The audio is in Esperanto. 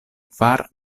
kvar